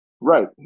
Right